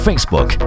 Facebook